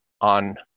on